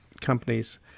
companies